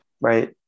Right